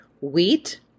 wheat